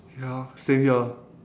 ya same here